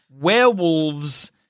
werewolves